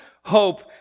hope